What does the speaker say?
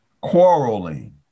quarreling